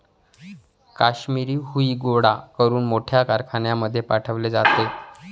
काश्मिरी हुई गोळा करून मोठ्या कारखान्यांमध्ये पाठवले जाते